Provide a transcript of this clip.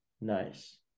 Nice